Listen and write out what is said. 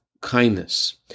kindness